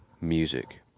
music